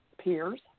peers